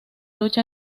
lucha